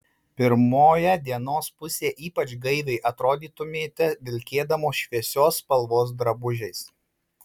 pirmoje dienos pusėje ypač gaiviai atrodytumėte vilkėdamos šviesios spalvos drabužiais